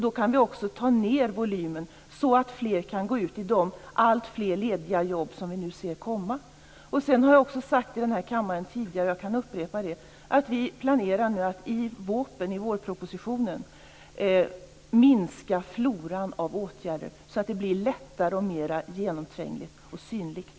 Då kan vi också ta ned volymen så att fler kan gå ut i de alltfler lediga jobb vi nu ser komma. Jag har också tidigare sagt i den här kammaren, och jag kan upprepa det, att vi planerar att i vårpropositionen minska floran av åtgärder så att det här blir lättare, mera genomträngligt och synligt.